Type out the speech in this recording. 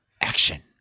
Action